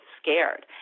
scared